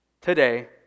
today